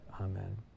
amen